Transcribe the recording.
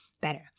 better